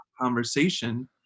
conversation